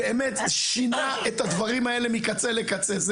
באמת זה שינה את הדברים האלה מקצה לקצה.